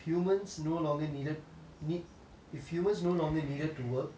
if humans no longer needed need if humans no longer needed to work to survive what would we do